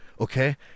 okay